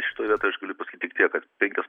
šitoj vietoj aš galiu pasakyt tik tiek kad penkios